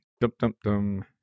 Dum-dum-dum